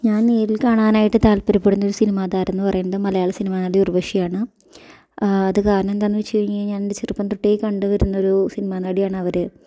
ഞാൻ നേരിൽ കാണാനായിട്ട് താൽപ്പര്യപ്പെടുന്നൊരു സിനിമ താരം എന്ന് പറയുന്നത് മലയാള സിനിമാ നടി ഉർവ്വശിയാണ് അത് കാരണം എന്താന്ന് വച്ച് കഴിഞ്ഞ് കഴിഞ്ഞാൽ എൻ്റെ ചെറുപ്പം തൊട്ടേ കണ്ട് വരുന്നൊരു സിനിമാ നടിയാണവര്